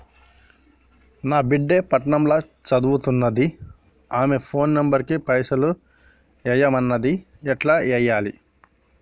నా బిడ్డే పట్నం ల సదువుకుంటుంది ఆమె ఫోన్ నంబర్ కి పైసల్ ఎయ్యమన్నది ఎట్ల ఎయ్యాలి?